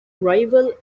rival